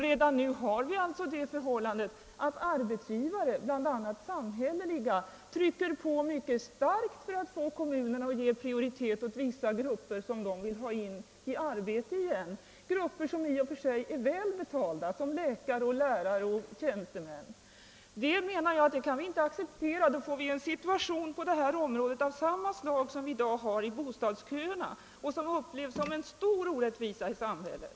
Redan förekommer det att arbetsgivare, bl.a. samhälleliga, utövar ett starkt tryck på kommunerna för att få prioritet åt kvinnor som de vill ha in i arbete igen, välbeställda grupper såsom läkare, lärare och tjänstemän. Det kan vi inte acceptera. I så fall får vi en situation på detta område av samma slag som vi har i bostadsköerna och som uppfattas som en stor orättvisa i samhället.